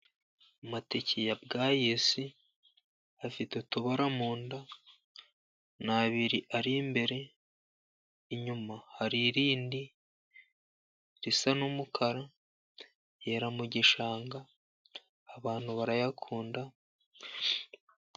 Amateke ya Bwayisi, afite utubara mu nda, ni abiri ari imbere, inyuma hari irindi risa n'umukara, yera mu gishanga, abantu barayakunda,